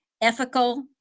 ethical